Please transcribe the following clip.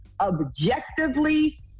objectively